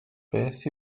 beth